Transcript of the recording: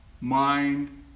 mind